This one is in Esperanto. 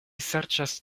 serĉas